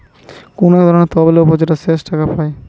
কুনু একটা তহবিলের উপর যে শেষ টাকা পায়